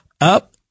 up